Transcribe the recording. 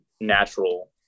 natural